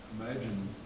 Imagine